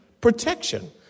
protection